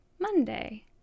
monday